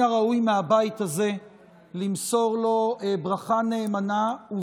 ומן הראוי למסור לו ברכה נאמנה מן הבית הזה,